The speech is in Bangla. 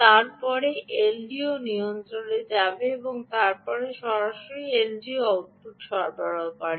তারপরে এলডিও নিয়ন্ত্রণে যাবে এবং আপনাকে সরাসরি এলডিও আউটপুট সরবরাহ করবে